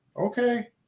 okay